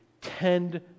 tend